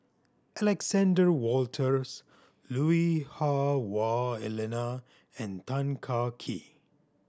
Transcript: Alexander Wolters Lui Hah Wah Elena and Tan Kah Kee